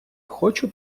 хочу